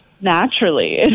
naturally